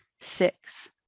six